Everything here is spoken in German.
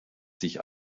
sich